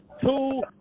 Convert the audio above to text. two